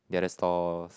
the other stores